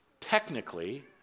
Technically